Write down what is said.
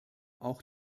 auch